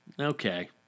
Okay